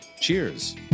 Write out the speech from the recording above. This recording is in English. Cheers